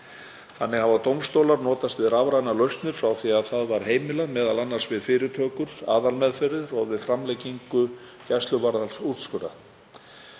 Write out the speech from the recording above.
Þannig hafa dómstólar notast við rafrænar lausnir frá því að það var heimilað, m.a. við fyrirtökur, aðalmeðferðir og við framlengingu gæsluvarðhaldsúrskurða.